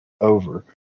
over